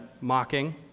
mocking